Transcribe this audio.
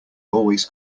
always